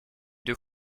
deux